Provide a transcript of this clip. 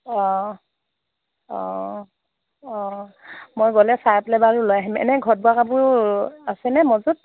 অ অ অ মই গ'লে চাই পেলাই বাৰু লৈ আহিম এনে ঘৰত বোৱা কাপোৰ আছেনে মজুত